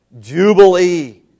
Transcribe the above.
Jubilee